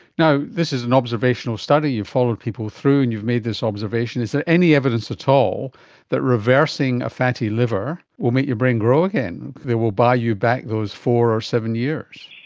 this is an observational study, you've followed people through and you've made this observation. is there any evidence at all that reversing a fatty liver will make your brain grow again, that will buy you back those four or seven years?